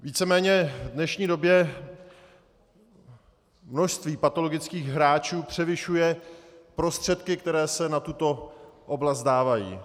Víceméně v dnešní době množství patologických hráčů převyšuje prostředky, které se na tuto oblast dávají.